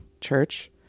church